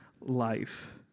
life